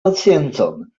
paciencon